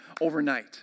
overnight